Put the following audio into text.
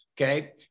okay